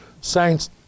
Saints